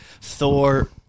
Thor